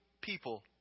people